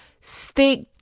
stick